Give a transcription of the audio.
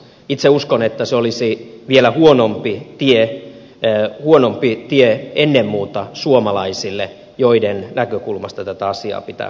itse uskon että se olisi vielä huonompi tie ennen muuta suomalaisille joiden näkökulmasta tätä asiaa pitää katsoa